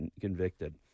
convicted